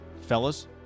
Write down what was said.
Fellas